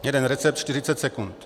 Jeden recept 40 sekund.